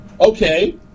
Okay